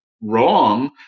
wrong